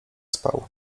spał